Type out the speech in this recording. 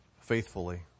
faithfully